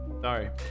Sorry